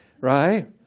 right